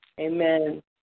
Amen